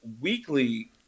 weekly